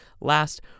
Last